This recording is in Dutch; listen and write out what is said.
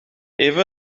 even